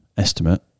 estimate